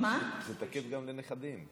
זה תקף גם לנכדים.